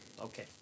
Okay